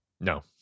No